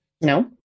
No